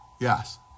Yes